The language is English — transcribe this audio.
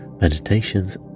meditations